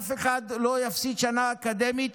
ואף אחד לא יפסיד שנה אקדמית.